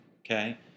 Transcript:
okay